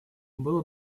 было